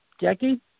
Jackie